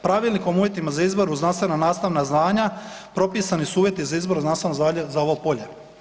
Pravilnikom o uvjetima za izbor u znanstvena nastavna zvanja propisani su uvjeti u izbor za znanstveno zvanje za ovo polje.